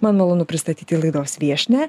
man malonu pristatyti laidos viešnią